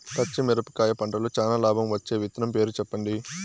పచ్చిమిరపకాయ పంటలో చానా లాభం వచ్చే విత్తనం పేరు చెప్పండి?